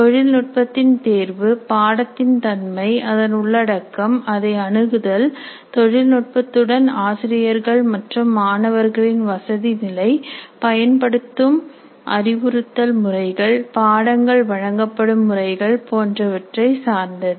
தொழில்நுட்பத்தின் தேர்வு என்பது பாடத்தின் தன்மை அதன் உள்ளடக்கம் அதை அணுகுதல் தொழில்நுட்பத்துடன் ஆசிரியர்கள் மற்றும் மாணவர்களின் வசதி நிலை பயன்படுத்தும் அறிவுறுத்தல் முறைகள் பாடங்கள் வழங்கப்படும் முறைகள் போன்றவற்றை சார்ந்தது